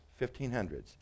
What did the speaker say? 1500s